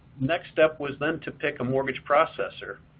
next step was then to pick a mortgage processor.